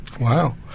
Wow